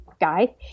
guy